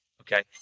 Okay